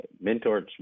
mentors